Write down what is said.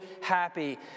happy